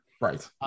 right